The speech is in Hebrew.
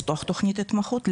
לפתוח תוכנית התמחות,